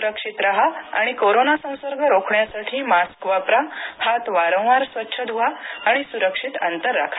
सुरक्षित राहा आणि कोरोना संसर्ग रोखण्यासाठी मास्क वापरा हात वारंवार स्वच्छ धुवा आणि सुरक्षित अंतर राखा